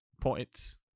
points